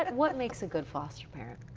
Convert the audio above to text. and what makes a good foster parent?